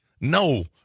No